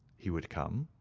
he would come.